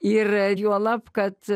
ir juolab kad